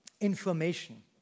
information